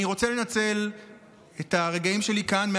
אני רוצה לנצל את הרגעים שלי כאן על